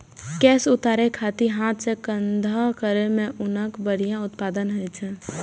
केश उतारै खातिर हाथ सं कंघी करै सं ऊनक बढ़िया उत्पादन होइ छै